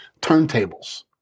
turntables